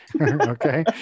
Okay